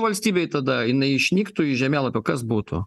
valstybei tada jinai išnyktų iš žemėlapio kas būtų